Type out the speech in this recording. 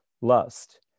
lust